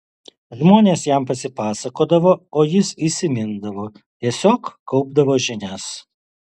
žmonės jam pasipasakodavo o jis įsimindavo tiesiog kaupdavo žinias